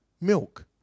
milk